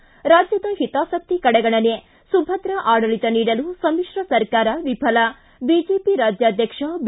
ಿ ರಾಜ್ಯದ ಹಿತಾಸಕ್ಕಿ ಕಡೆಗಣನೆ ಸುಭದ್ರ ಆಡಳಿತ ನೀಡಲು ಸಮ್ಮಿಶ್ರ ಸರ್ಕಾರ ವಿಫಲ ಬಿಜೆಪಿ ರಾಜ್ಯಾಧ್ಯಕ್ಷ ಬಿ